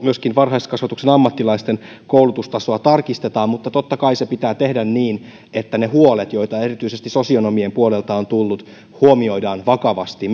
myöskin varhaiskasvatuksen ammattilaisten koulutustasoa tarkistetaan mutta totta kai se pitää tehdä niin että ne huolet joita erityisesti sosionomien puolelta on tullut huomioidaan vakavasti